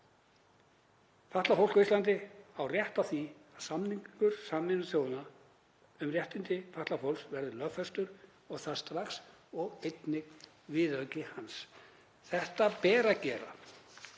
Fatlað fólk á Íslandi á rétt á því að samningur Sameinuðu þjóðanna um réttindi fatlaðs fólks verði lögfestur og það strax og einnig viðauki hans. Þetta ber að gera.